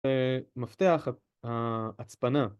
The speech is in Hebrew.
מפתח הצפנה.